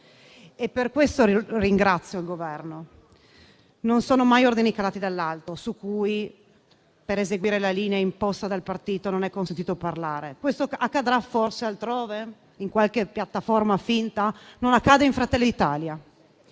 e per questo ringrazio il Governo. Non sono mai ordini calati dall’alto su cui, per eseguire la linea imposta dal partito, non è consentito parlare. Questo accadrà forse altrove, in qualche piattaforma finta, ma non accade in Fratelli d’Italia.